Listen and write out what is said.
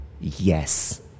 yes